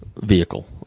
vehicle